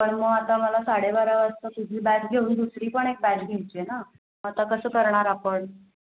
पण मग आता मला साडे बारा वाजता तुझी बॅच घेऊन दुसरी पण एक बॅच घ्यायची आहे ना मग आता कसं करणार आपण